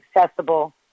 accessible